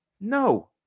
No